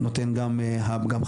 נותן גם חממה,